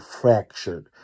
fractured